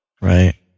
Right